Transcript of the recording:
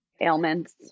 ailments